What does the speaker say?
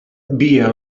via